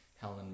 helen